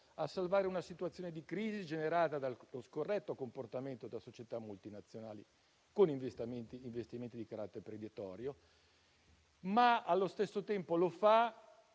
a salvare una situazione di crisi generata dallo scorretto comportamento di società multinazionali con investimenti di carattere predatorio, attuando però al